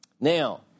Now